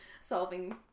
solving